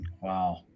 Wow